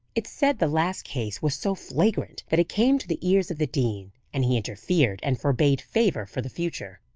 it's said the last case was so flagrant that it came to the ears of the dean, and he interfered and forbade favour for the future.